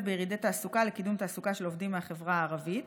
בירידי תעסוקה לקידום תעסוקה של עובדים מהחברה הערבית.